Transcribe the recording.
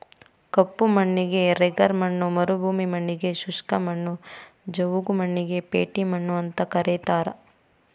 ಕಪ್ಪು ಮಣ್ಣಿಗೆ ರೆಗರ್ ಮಣ್ಣ ಮರುಭೂಮಿ ಮಣ್ಣಗೆ ಶುಷ್ಕ ಮಣ್ಣು, ಜವುಗು ಮಣ್ಣಿಗೆ ಪೇಟಿ ಮಣ್ಣು ಅಂತ ಕರೇತಾರ